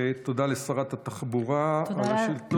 ותודה לשרת התחבורה על השאילתות.